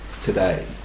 today